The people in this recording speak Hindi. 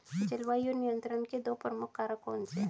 जलवायु नियंत्रण के दो प्रमुख कारक कौन से हैं?